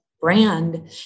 brand